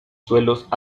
suelos